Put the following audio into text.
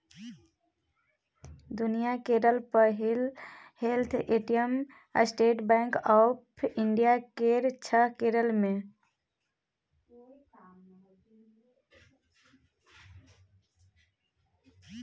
दुनियाँ केर पहिल हेलैत ATM State Bank of India केर छै केरल मे